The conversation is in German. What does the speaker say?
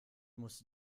musste